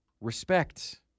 Respect